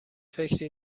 فکری